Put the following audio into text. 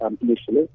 initially